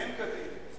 כן כדין.